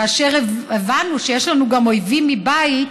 כאשר הבנו שיש לנו גם אויבים מבית,